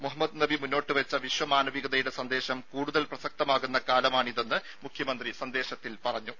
മുഹമ്മദ് നബി മുന്നോട്ടുവെച്ച വിശ്വമാനവികതയുടെ സന്ദേശം കൂടുതൽ പ്രസക്തമാകുന്ന കാലമാണിതെന്ന് മുഖ്യമന്ത്രി സന്ദേശത്തിൽ പറഞ്ഞു